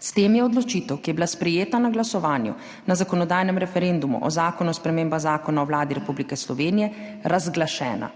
S tem je odločitev, ki je bila sprejeta na glasovanju na zakonodajnem referendumu o Zakonu o spremembah Zakona o Vladi Republike Slovenije, razglašena.